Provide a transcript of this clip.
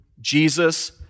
Jesus